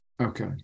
Okay